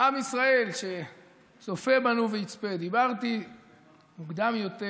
עם ישראל שצופה בנו ויצפה, דיברתי מוקדם יותר